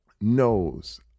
knows